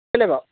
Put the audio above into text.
হয়নে বাৰু